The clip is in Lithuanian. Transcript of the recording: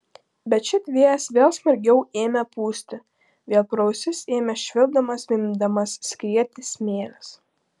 bet šit vėjas vėl smarkiau ėmė pūsti vėl pro ausis ėmė švilpdamas ir zvimbdamas skrieti smėlis